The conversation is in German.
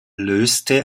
löste